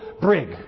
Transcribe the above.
brig